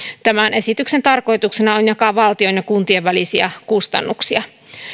tämän esityksen tarkoituksena on jakaa valtion ja kuntien välisiä kustannuksia